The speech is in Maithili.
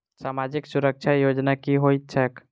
सामाजिक सुरक्षा योजना की होइत छैक?